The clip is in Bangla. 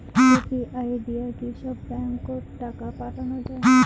ইউ.পি.আই দিয়া কি সব ব্যাংক ওত টাকা পাঠা যায়?